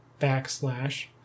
backslash